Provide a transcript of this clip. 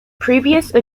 previously